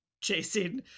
chasing